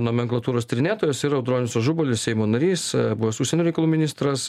nomenklatūros tyrinėtojas ir audronius ažubalis seimo narys buvęs užsienio reikalų ministras